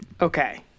okay